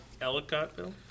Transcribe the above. Ellicottville